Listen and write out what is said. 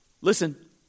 listen